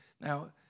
Now